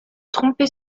tromper